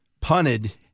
punted